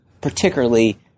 particularly